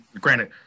granted